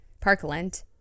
Parkland